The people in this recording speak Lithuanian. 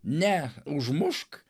ne užmušk